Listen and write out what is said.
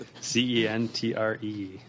C-E-N-T-R-E